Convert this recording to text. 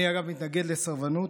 אני אגב מתנגד לסרבנות,